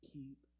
Keep